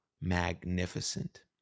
magnificent